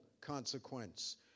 consequence